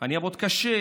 אני אעבוד קשה,